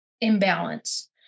imbalance